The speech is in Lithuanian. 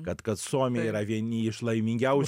kad kad suomija yra vieni iš laimingiau